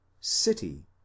city